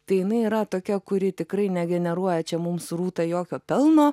tai jinai yra tokia kuri tikrai negeneruoja čia mum su rūta jokio pelno